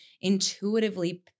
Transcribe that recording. intuitively